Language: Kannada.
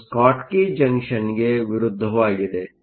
ಇದು ಸ್ಕಾಟ್ಕಿ ಜಂಕ್ಷನ್ಗೆ ವಿರುದ್ಧವಾಗಿದೆ